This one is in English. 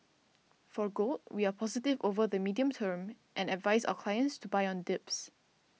for gold we are positive over the medium term and advise our clients to buy on dips